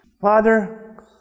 Father